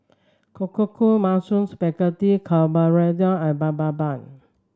Korokke Mushroom Spaghetti Carbonara and Bibimbap